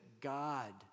God